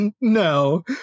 no